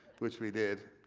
which we did.